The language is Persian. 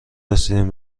رسیدیم